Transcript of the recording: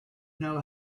know